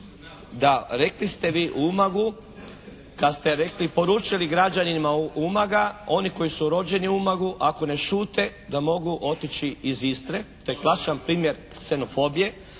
Da, rekli ste vi u Umagu kad ste rekli, poručili građanima Umaga oni koji su rođeni u Umagu ako ne šute da mogu otići iz Istre. To je klasičan primjer ksenofobije.